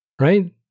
right